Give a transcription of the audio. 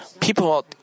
people